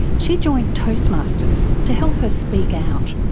she joined toastmasters, to help her speak out.